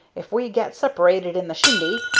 if we get separated in the shindy,